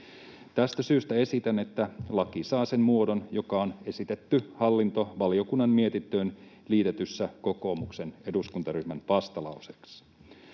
Tästä syystä esitän, että laki saa sen muodon, joka on esitetty hallintovaliokunnan mietintöön liitetyssä kokoomuksen eduskuntaryhmän vastalauseessa.